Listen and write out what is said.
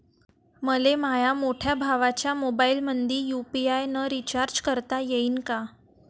मले माह्या मोठ्या भावाच्या मोबाईलमंदी यू.पी.आय न रिचार्ज करता येईन का?